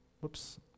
whoops